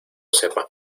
sepa